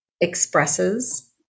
expresses